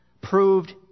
proved